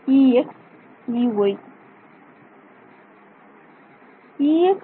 மாணவர் Ex Ey